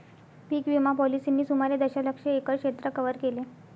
पीक विमा पॉलिसींनी सुमारे दशलक्ष एकर क्षेत्र कव्हर केले